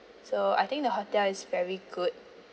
so I think the hotel is very good